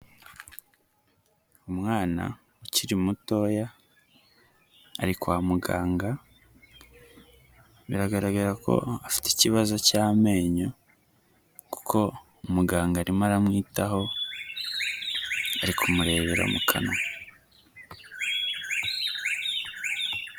Umwana ukiri mutoya ari kwa muganga biragaragara ko afite ikibazo cy'amenyo kuko umuganga arimo aramwitaho ari kumurebera mu kanwa.